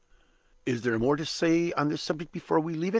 is there more to say on this subject before we leave it?